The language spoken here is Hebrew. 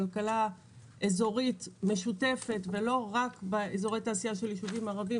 כלכלה אזורית משותפת ולא רק באזורי התעשייה של יישובים ערביים,